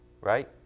right